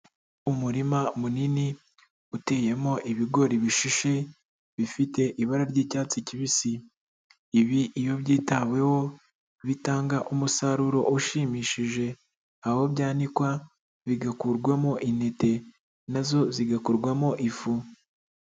Umurima munini uteyemo ibigori bishishe bifite ibara ry'icyatsi kibisi, ibi iyo byitaweho bitanga umusaruro ushimishije, aho byanikwa bigakurwamo intete na zo zigakorwamo ifu.